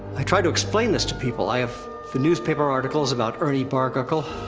i tried to explain this to people, i have the newspaper articles about ernie barguckle.